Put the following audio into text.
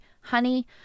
honey